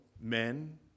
men